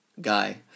guy